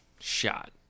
shot